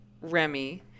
Remy